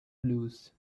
lose